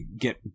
get